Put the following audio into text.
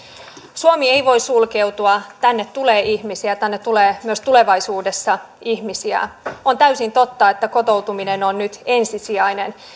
suomi ei voi sulkeutua tänne tulee ihmisiä tänne tulee myös tulevaisuudessa ihmisiä on täysin totta että kotoutuminen on nyt ensisijaista